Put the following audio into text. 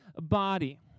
body